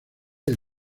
del